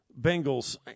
Bengals